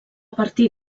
partir